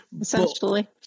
Essentially